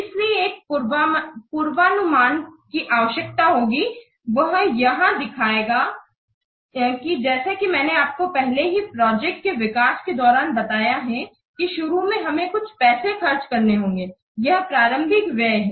इसलिए एक पूर्वानुमान की आवश्यकता होती है वह यहां दिखाया गया है जैसा कि मैंने आपको पहले ही एक प्रोजेक्ट के विकास के दौरान बताया है कि शुरू में हमें कुछ पैसे खर्च करने होंगे यह प्रारंभिक व्यय है